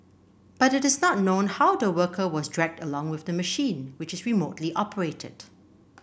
but it is not known how the worker was dragged along with the machine which is remotely operated